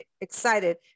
excited